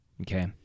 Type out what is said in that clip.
Okay